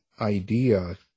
idea